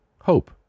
hope